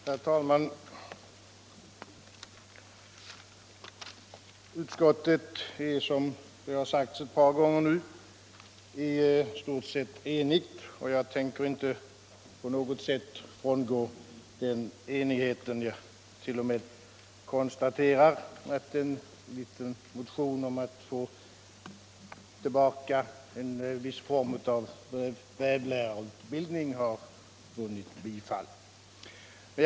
Herr talman! Utskottet är — som det har sagts ett par gånger nu — i stort sett enigt, och jag tänker inte på något sätt frångå den enigheten. Jag t.o.m. konstaterar att en liten motion om att få tillbaka en viss form av vävlärarutbildning har tillstyrkts.